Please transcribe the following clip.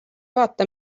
vaata